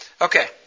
Okay